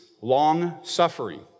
long-suffering